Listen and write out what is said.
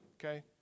okay